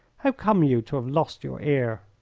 how come you to have lost your ear?